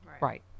Right